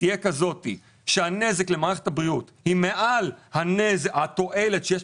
תהיה כזאת שהנזק למערכת הבריאות הוא מעל התועלת שיש